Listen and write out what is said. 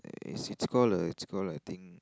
it's it's call the it's call the I think